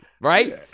Right